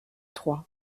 trois